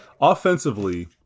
Offensively